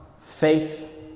faith